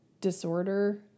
disorder